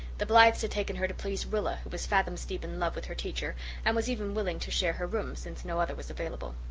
the blythes had taken her to please rilla who was fathoms deep in love with her teacher and was even willing to share her room, since no other was available.